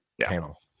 panel